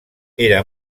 era